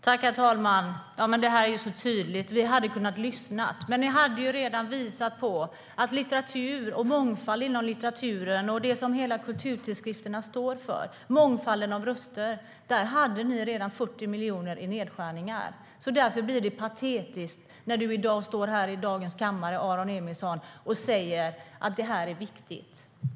Herr talman! Det här är ju så tydligt: "Vi hade kunnat lyssna". Men ni hade ju redan visat att ni hade nedskärningar på mångfald inom litteraturen och allt det som kulturtidskrifterna står för, mångfalden av röster. Därför blir det patetiskt när du står här i kammaren i dag, Aron Emilsson, och säger att det här är viktigt.